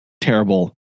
terrible